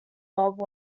bob